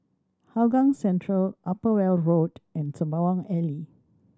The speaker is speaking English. Hougang Central Upper Weld Road and Sembawang Alley